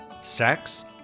sex